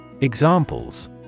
Examples